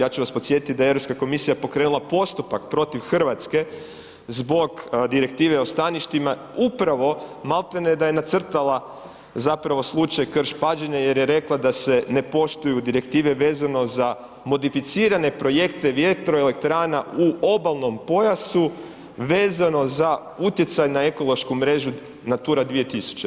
Ja ću vas podsjetiti da je Europska komisija pokrenula postupak protiv Hrvatske zbog direktive o staništima upravo malti ne da je nacrtala zapravo slučaj Krš Pađene jer je rekla da se ne poštuju direktive vezano za modificirane projekte vjetroelektrana u obalnom pojasu vezano za utjecaj na ekološku mrežu NATURA 2000.